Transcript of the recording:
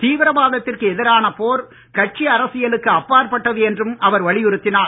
தீவிரவாதத்திற்கு எதிரான போர் கட்சி அரசியலுக்கு அப்பாற்பட்டது என்றும் அவர் வலியுறுத்தியுள்ளார்